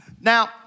Now